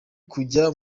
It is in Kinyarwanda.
kujya